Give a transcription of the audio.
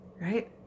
Right